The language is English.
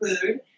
food